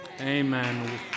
Amen